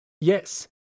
Yes